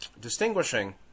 distinguishing